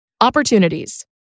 Opportunities